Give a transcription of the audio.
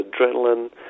adrenaline